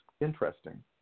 interesting